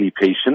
patient